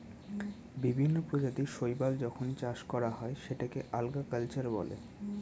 বিভিন্ন প্রজাতির শৈবাল যখন চাষ করা হয় সেটাকে আল্গা কালচার বলে